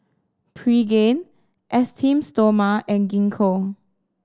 Pregain Esteem Stoma and Gingko